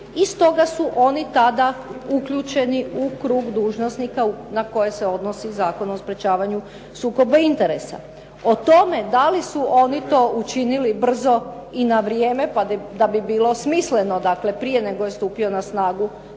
stoga su oni tada uključeni u krug dužnosnika na koje se odnosi Zakon o sprječavanju sukoba interesa. O tome da li su oni to učinili brzo i na vrijeme pa da bi bilo smisleno dakle, prije nego je stupio na snagu,